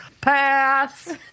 pass